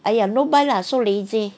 !aiya! no point lah so lazy